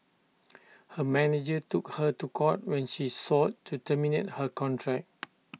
her manager took her to court when she sought to terminate her contract